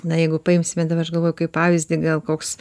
na jeigu paimsime dabar aš galvoju kaip pavyzdį gal koks